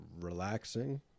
Relaxing